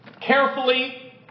carefully